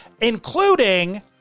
including